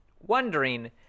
wondering